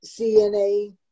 CNA